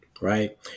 right